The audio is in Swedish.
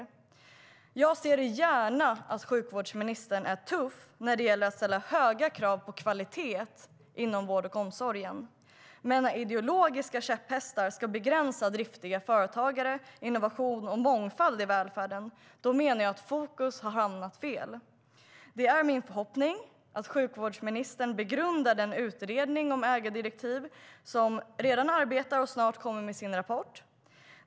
Det är min förhoppning att sjukvårdsministern begrundar den utredning om ägardirektiv som redan arbetar och snart kommer med sin rapport.